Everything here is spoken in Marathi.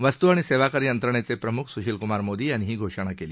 वस्तू आणि सेवाकर यंत्रणेचे प्रमुख सुशील कुमार मोदी यांनी ही घोषणा केली